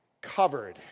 covered